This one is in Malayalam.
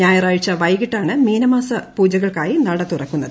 ഞായറാഴ്ച വൈകിട്ടാണ് പൂജകൾക്കായി നട തുറക്കുന്നത്